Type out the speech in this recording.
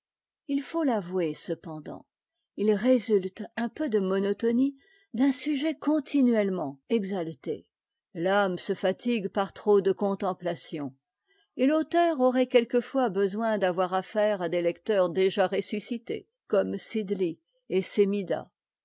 h faut l'avouer cependant il résulte un peu de monotonie d'un sujet continuellement exalté l'âme se fatigue par trop de contemplation et l'auteur aurait quelquefois besoin d'avoir affaire à des lecteurs déjà ressuscités comme cidli et